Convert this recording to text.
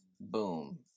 boom